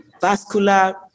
vascular